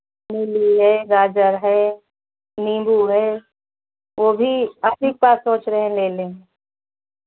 मूली है गाजर है नीम्बू है वो भी आप ही के पास सोच रहें ले लें